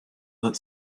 that